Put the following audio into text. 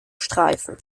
streifen